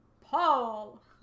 Paul